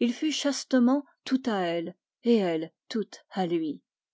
il fut chastement tout à elle et elle toute à lui